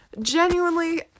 genuinely